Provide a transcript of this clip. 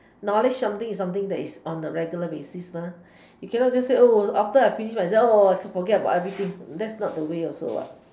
knowledge is something is something that is on a regular basis mah you cannot just say after I finish my exam I can forget everything that's not the way also